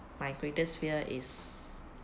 my greatest fear is